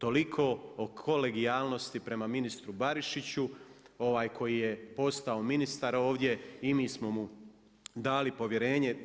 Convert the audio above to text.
Toliko o kolegijalnosti prema ministru Barišiću koji je postao ministar ovdje i mi smo mu dali povjerenje.